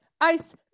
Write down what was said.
ice